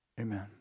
Amen